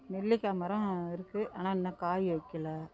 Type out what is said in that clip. நெல்லிக்காய் மரம் இருக்குது ஆனால் இன்னும் காய் வைக்கலை